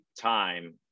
time